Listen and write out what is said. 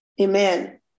amen